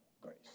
grace